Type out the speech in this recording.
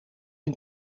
een